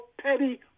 petty